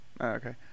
Okay